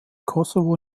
kosovo